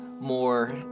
more